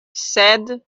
sed